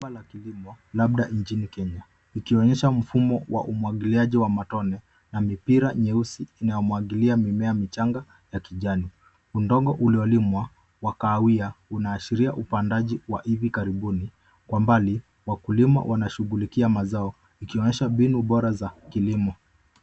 Shamba la kilimo, labda nchini Kenya, ikionyesha mfumo wa umwagiliaji wa matone, na mipira nyeusi inayomwagilia mimea michanga ya kijani. Udongo uliolimwa, wa kahawia, unaashiria upandaji wa hivi karibuni, kwa mbali, wakulima wanashughulikia mazao ikionyesha mbinu bora za kilimo.